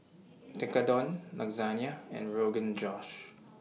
Tekkadon Lasagne and Rogan Josh